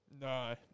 No